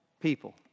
people